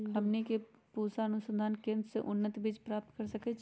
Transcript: हमनी के पूसा अनुसंधान केंद्र से उन्नत बीज प्राप्त कर सकैछे?